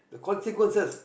the consequences